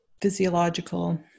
physiological